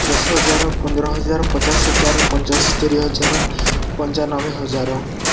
ଦଶ ହଜାର ପନ୍ଦର ହଜାର ପଚାଶ ହଜାର ପଞ୍ଚସ୍ତରୀ ହଜାର ପଞ୍ଚାନବେ ହଜାର